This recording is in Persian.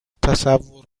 تصور